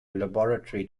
laboratory